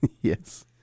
Yes